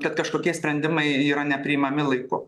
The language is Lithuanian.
kad kažkokie sprendimai yra nepriimami laiku